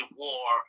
war